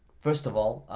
first of all,